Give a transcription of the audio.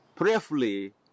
prayerfully